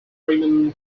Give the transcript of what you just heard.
crimean